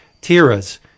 tira's